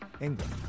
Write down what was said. England